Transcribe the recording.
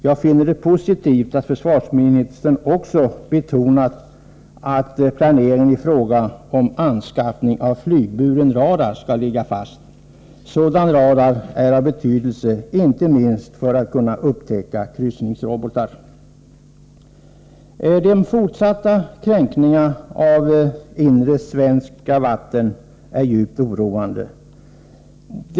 Jag finner det positivt att försvarsministern betonar att planeringen i fråga om anskaffning av flygburen radar skall ligga fast. Sådan radar är av betydelse, inte minst för att vi skall kunna upptäcka kryssningsrobotar. De fortsatta kränkningarna av inre svenska vatten är djupt oroande.